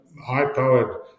high-powered